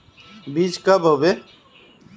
बीज कब होबे?